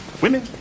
Women